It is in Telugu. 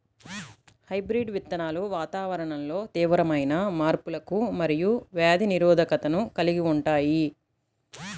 హైబ్రిడ్ విత్తనాలు వాతావరణంలో తీవ్రమైన మార్పులకు మరియు వ్యాధి నిరోధకతను కలిగి ఉంటాయి